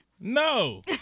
No